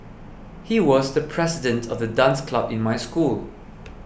he was the president of the dance club in my school